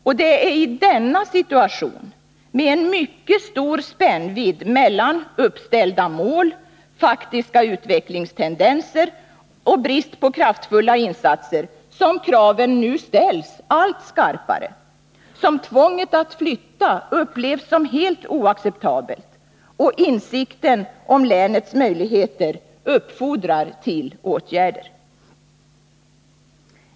Och det är i denna situation, med en mycket stor spännvidd mellan uppställda mål och faktiska utvecklingstendenser samt med brist på kraftfulla insatser, som kraven nu ställs allt skarpare, som tvånget att flytta upplevs som helt oacceptabelt och insikten om länets möjligheter uppfordrar till åtgärder.